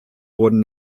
wurden